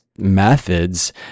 Methods